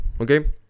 okay